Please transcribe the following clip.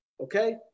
okay